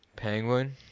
Penguin